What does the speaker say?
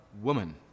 woman